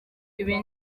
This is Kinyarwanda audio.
ibi